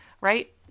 right